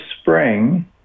spring